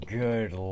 good